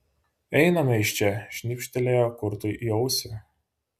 einame iš čia šnibžtelėjo kurtui į ausį